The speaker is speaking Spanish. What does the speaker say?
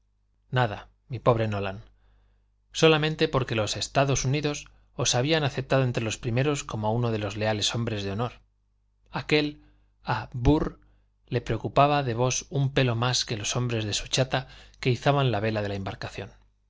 nada mi pobre nolan solamente porque los estados unidos os habían aceptado entre los primeros como uno de sus leales hombres de honor aquel a burr se preocupaba de vos un pelo más que de los hombres de su chata que izaban la vela de la embarcación